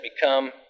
become